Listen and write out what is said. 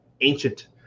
ancient